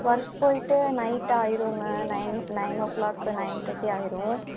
work போயிட்டு night ஆயிருங்க nine nine o'clock nine thirty ஆயிரும்